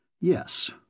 Yes